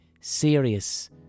serious